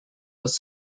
was